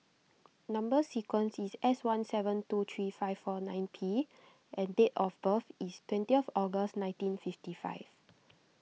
Number Sequence is S one seven two three five four nine P and date of birth is twentieth August nineteen fifty five